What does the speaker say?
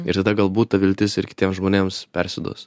ir tada galbūt ta viltis ir kitiem žmonėms persiduos